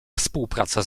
współpraca